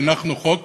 הנחנו חוק